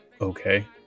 okay